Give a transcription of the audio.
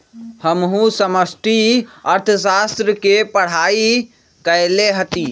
हमहु समष्टि अर्थशास्त्र के पढ़ाई कएले हति